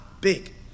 big